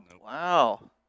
Wow